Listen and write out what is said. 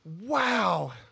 wow